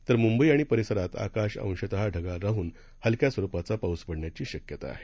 तर मुंबई आणि परिसरात आकाश अंशतः ढगाळ राहून हलक्या स्वरुपाचा पाऊस पडण्याची शक्यता आहे